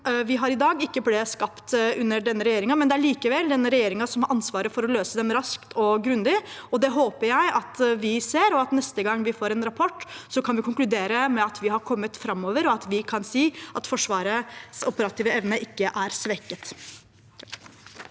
vi har i dag, ikke ble skapt under denne regjeringen, men det er likevel denne regjeringen som har ansvaret for å løse dem raskt og grundig. Det håper jeg at vi ser, og at vi neste gang vi får en rapport, kan konkludere med at vi har kommet framover, og at vi kan si at Forsvarets operative evne ikke er svekket.